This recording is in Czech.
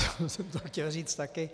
Já jsem to chtěl říct taky.